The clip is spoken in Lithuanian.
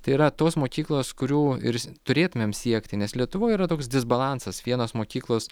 tai yra tos mokyklos kurių ir turėtumėm siekti nes lietuvoj yra toks disbalansas vienos mokyklos